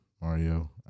Mario